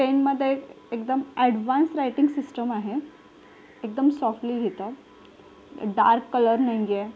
पेनमध्ये एकदम advance writing system आहे एकदम सॉफ्टली लिहितात डार्क कलर नाही आहे